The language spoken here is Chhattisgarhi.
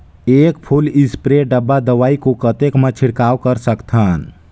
एक फुल स्प्रे डब्बा दवाई को कतेक म छिड़काव कर सकथन?